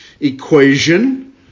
equation